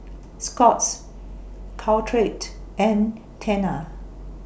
Scott's Caltrate and Tena